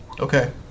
Okay